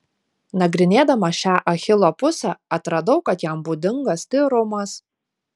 nagrinėdama šią achilo pusę atradau kad jam būdingas tyrumas